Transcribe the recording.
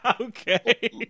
Okay